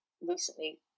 recently